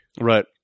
Right